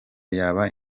yaba